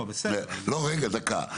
לא, רגע, דקה.